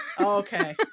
Okay